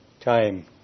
time